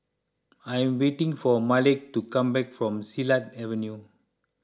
I am waiting for Malik to come back from Silat Avenue